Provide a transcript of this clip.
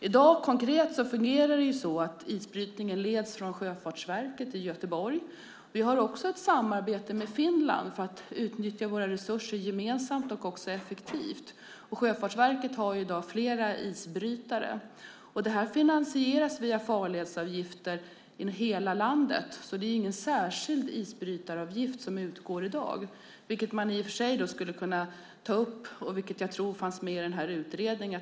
I dag fungerar det konkret så att isbrytningen leds från Sjöfartsverket i Göteborg. Vi har ett samarbete med Finland för att utnyttja våra resurser gemensamt och effektivt. Sjöfartsverket har i dag flera isbrytare. Det finansieras via farledsavgifter i hela landet. Det är ingen särskild isbrytaravgift som utgår i dag, vilket man i och för sig skulle kunna ta upp och som jag tror fanns med i utredningen.